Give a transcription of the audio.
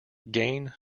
gain